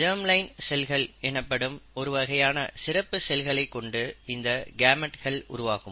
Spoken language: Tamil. ஜெர்ம் லைன் செல்கள் எனப்படும் ஒருவகையான சிறப்பு செல்களைக் கொண்டு இந்த கேமெட்கள் உருவாகும்